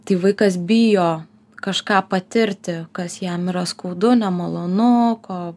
tai vaikas bijo kažką patirti kas jam yra skaudu nemalonu ko